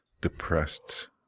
depressed